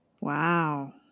wow